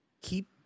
keep